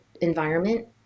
environment